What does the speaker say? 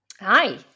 Hi